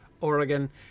Oregon